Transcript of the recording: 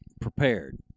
prepared